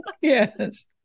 yes